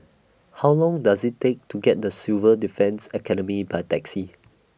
How Long Does IT Take to get The Civil Defence Academy By Taxi